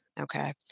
Okay